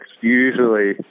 usually